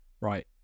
right